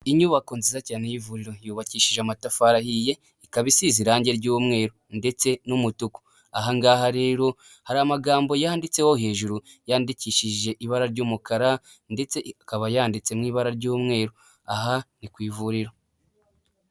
Inyubako nziza cyane y'ivuriro yubakishije amatafari ahiye, ikaba isize irangi ry'umweru ndetse n'umutuku, aha ngaha rero hari amagambo yanditseho hejuru yandikishije ibara ry'umukara ndetse ikaba yanditse mu ibara ry'umweru aha ni ku ivuriro.